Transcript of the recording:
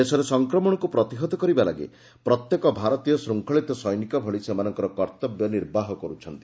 ଦେଶରେ ସଂକ୍ରମଶକୁ ପ୍ରତିହତ କରିବା ଲାଗି ପ୍ରତ୍ୟେକ ଭାରତୀୟ ଶୃଙ୍ଗଳିତ ସୈନିକ ଭଳି ସେମାନଙ୍କର କର୍ଭବ୍ୟ ନିର୍ବାହ କରୁଛନ୍ତି